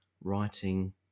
Writing